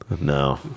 No